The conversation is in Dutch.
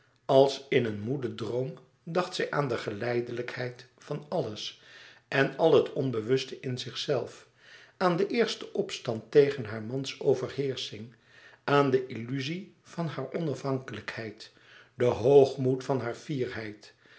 als in een moeden droom dacht zij aan de geleidelijkheid van alles en al het onbewuste in zichzelven aan den eersten opstand tegen haar mans overheersching aan de illuzie van hare onafhankelijkheid de hoogmoed van hare fierheid